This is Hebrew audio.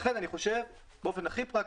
לכן אני חושב, באופן הכי פרקטי,